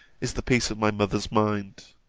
is, the peace of my mother's mind!